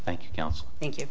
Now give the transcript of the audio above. thank you thank you